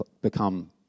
become